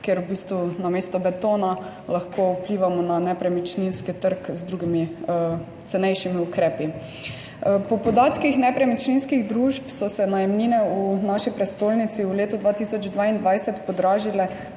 kjer v bistvu namesto betona lahko vplivamo na nepremičninski trg z drugimi, cenejšimi ukrepi. Po podatkih nepremičninskih družb so se najemnine v naši prestolnici v letu 2022 podražile